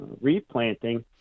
replanting